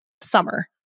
summer